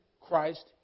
Christ